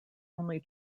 only